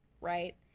right